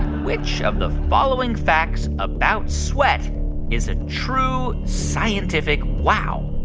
which of the following facts about sweat is a true scientific wow?